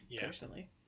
personally